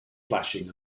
flashing